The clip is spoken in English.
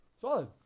Solid